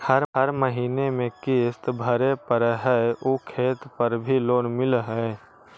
हर महीने में किस्त भरेपरहै आउ खेत पर भी लोन मिल है?